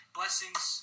Blessings